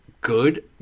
good